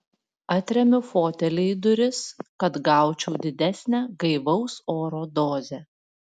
atremiu fotelį į duris kad gaučiau didesnę gaivaus oro dozę